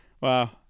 Wow